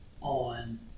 on